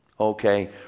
Okay